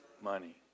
money